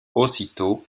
aussitôt